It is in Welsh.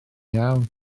iawn